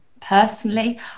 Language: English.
personally